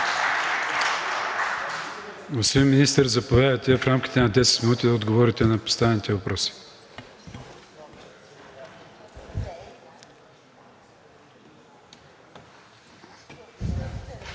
Господин Министър, заповядайте в рамките на 10 минути да отговорите на поставените въпроси.